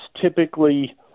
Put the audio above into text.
typically